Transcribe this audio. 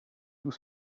tout